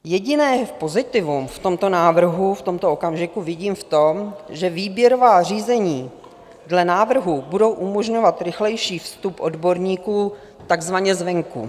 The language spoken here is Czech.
Jediné pozitivum v tomto návrhu v tomto okamžiku vidím v tom, že výběrová řízení dle návrhů budou umožňovat rychlejší vstup odborníků takzvaně zvenku.